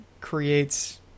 creates